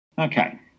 Okay